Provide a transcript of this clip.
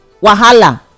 Wahala